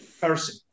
person